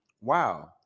wow